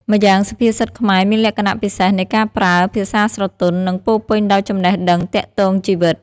ម្យ៉ាងសុភាសិតខ្មែរមានលក្ខណៈពិសេសនៃការប្រើ ភាសាស្រទន់ និងពោរពេញដោយចំណេះដឹងទាក់ទងជីវិត។